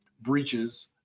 breaches